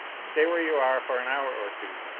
stay where you are for an hour or two.